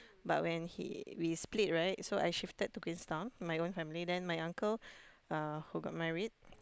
but when he we split right so I shifted to Queenstown with my own family then my uncle uh who got married